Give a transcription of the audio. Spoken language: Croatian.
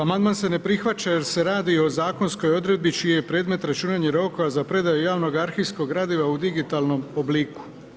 Amandman se ne prihvaća jer se ne radi o zakonskog odredbi čiji je predmet računanje rokova za predaju javnog arhivskog gradiva u digitalnom obliku.